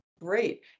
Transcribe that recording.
Great